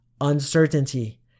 uncertainty